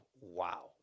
wow